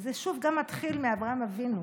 ושוב, גם זה מתחיל באברהם אבינו.